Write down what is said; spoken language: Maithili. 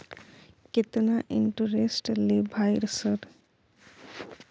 केतना इंटेरेस्ट ले भाई सर?